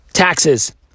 Taxes